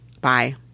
Bye